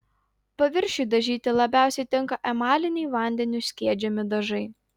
paviršiui dažyti labiausiai tinka emaliniai vandeniu skiedžiami dažai